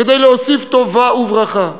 כדי להוסיף טובה וברכה,